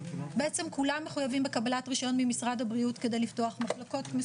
בעצם כולם חייבים בקבלת רישיון ממשרד הבריאות כדי לפתוח מחלקות,